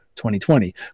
2020